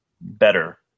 better